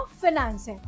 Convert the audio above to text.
finance